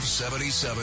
77